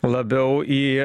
labiau į